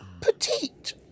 petite